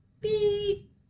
beep